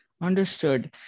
understood